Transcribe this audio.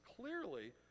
clearly